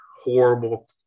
horrible